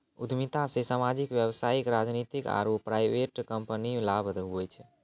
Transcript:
उद्यमिता से सामाजिक व्यवसायिक राजनीतिक आरु प्राइवेट कम्पनीमे लाभ हुवै छै